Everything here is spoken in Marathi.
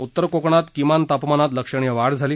उत्तर कोकणात किमान तापमानात लक्षणीय वाढ झाली